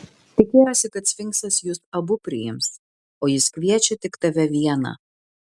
tikėjosi kad sfinksas jus abu priims o jis kviečia tik tave vieną